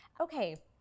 Okay